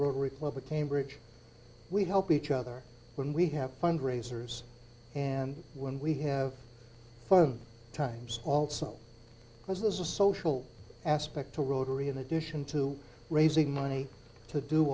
rotary club at cambridge we help each other when we have fundraisers and when we have fun times also because there's a social aspect to rotary in addition to raising money to do